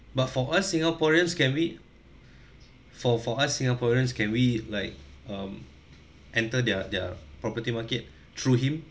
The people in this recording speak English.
but for us singaporeans can we for for us singaporeans can we like um enter their their property market through him